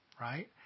right